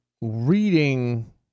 reading